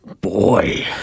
boy